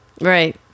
right